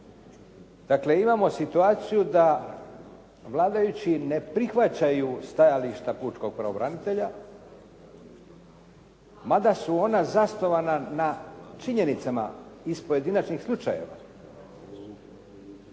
Dakle, imamo situaciju da vladajući ne prihvaćaju stajališta pučkog pravobranitelja, mada su ona zasnovana na činjenicama iz pojedinačnih slučajeva.